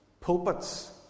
pulpits